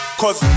cause